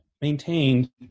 maintained